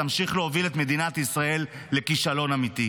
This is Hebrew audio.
תמשיך להוביל את מדינת ישראל לכישלון אמיתי.